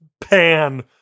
pan